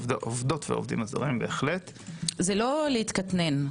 זה לא להתקטנן.